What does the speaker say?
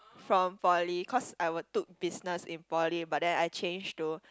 from poly cause I were took business in poly but then I change to